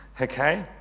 Okay